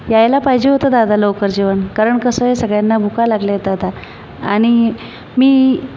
यायला पाहिजे होतं दादा लवकर जेवण कारण कसं आहे सगळ्यांना भूका लागल्या आहेत दादा आणि मी